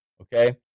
okay